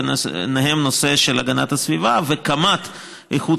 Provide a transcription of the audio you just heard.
ובהם הנושא של הגנת הסביבה וקמ"ט איכות